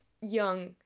young